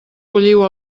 bulliu